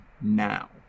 now